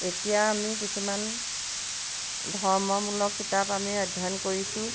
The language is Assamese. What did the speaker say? এতিয়া আমি কিছুমান ধৰ্মমূলক কিতাপ আমি অধ্যয়ন কৰিছোঁ